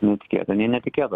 nei tikėta nei netikėta